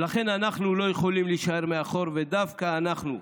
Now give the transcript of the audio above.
ולכן אנחנו לא יכולים להישאר מאחור, ודווקא אנחנו,